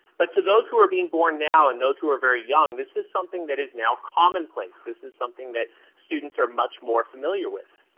but to those who are being born now and those who are very young, this is something that is now commonplace but this is something that students are much more familiar with.